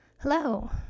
Hello